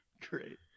Great